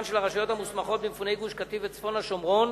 של הרשויות המוסמכות במפוני גוש-קטיף וצפון השומרון,